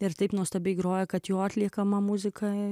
ir taip nuostabiai groja kad jo atliekama muzika